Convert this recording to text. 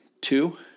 two